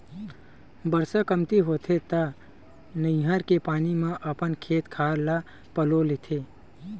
बरसा कमती होथे त नहर के पानी म अपन खेत खार ल पलो लेथन